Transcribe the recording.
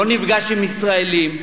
לא נפגש עם ישראלים,